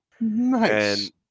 Nice